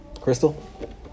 Crystal